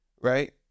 right